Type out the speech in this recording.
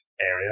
area